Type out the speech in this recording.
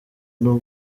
n’u